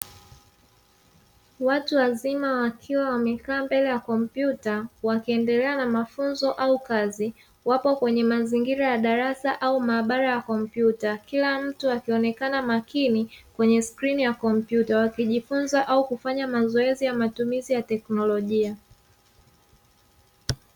Watu wazima wakiwa wamekaa mbele ya kompyuta wakiiendelea na mafunzo au kazi, wapo kwenye mazingira ya darasa au maabara ya kompyuta, kila mtu akionekana kwa makini kwenye skrini ya kompyuta wakijifunza au kufanya mazoezi ya matumizi ya tekinolojia.